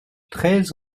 treize